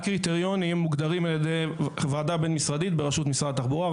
הקריטריונים מוגדרים על ידי ועדה בין-משרדית בראשות משרד התחבורה,